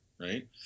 right